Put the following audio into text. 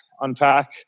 unpack